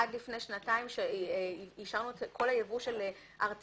עד לפני שנתיים אישרנו את כל הייבוא של הארטילריה,